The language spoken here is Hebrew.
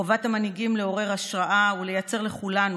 חובת המנהיגים היא לעורר השראה ולייצר לכולנו